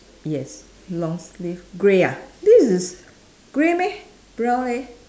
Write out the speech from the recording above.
yes long sleeve grey ah this is grey meh brown leh